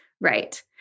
Right